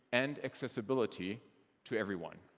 and accessibility to everyone.